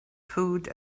food